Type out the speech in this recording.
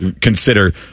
consider